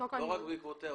לא רק בעקבותיה.